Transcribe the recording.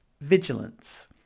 vigilance